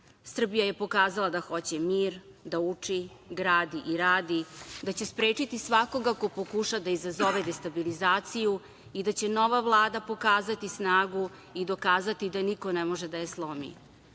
Srbija je pokazala da hoće mir, da uči, gradi i radi, da će sprečiti svakoga ko pokuša da izazove destabilizaciju i da će nova Vlada pokazati snagu i dokazati da niko ne može da je